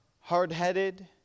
hard-headed